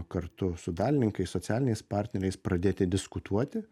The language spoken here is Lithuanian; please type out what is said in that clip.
kartu su dalininkais socialiniais partneriais pradėti diskutuoti